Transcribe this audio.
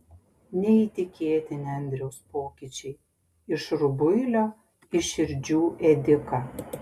neįtikėtini andriaus pokyčiai iš rubuilio į širdžių ėdiką